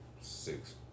six